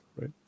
Right